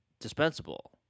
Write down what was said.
dispensable